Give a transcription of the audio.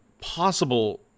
possible